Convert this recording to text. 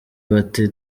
bati